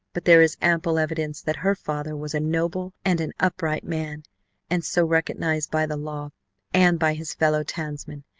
but there is ample evidence that her father was a noble and an upright man and so recognized by the law and by his fellow-townsmen,